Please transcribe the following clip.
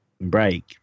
break